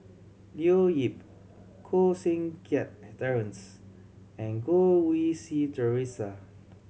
Leo Yip Koh Seng Kiat Terence and Goh Rui Si Theresa